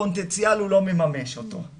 פוטנציאל והוא לא מממש אותו'